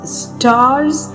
stars